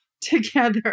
together